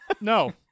No